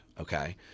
okay